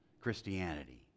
Christianity